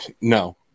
No